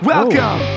Welcome